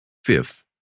Fifth